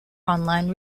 online